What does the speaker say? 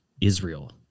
Israel